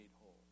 whole